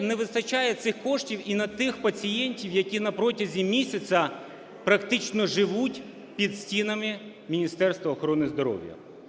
не вистачає цих коштів і на тих пацієнтів, які на протязі місяця практично живуть під стінами Міністерства охорони здоров'я.